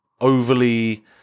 overly